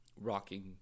rocking